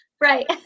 right